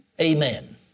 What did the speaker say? Amen